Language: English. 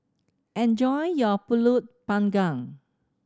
enjoy your Pulut Panggang